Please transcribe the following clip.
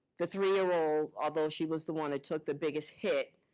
the three-year-old, although she was the one that took the biggest hit,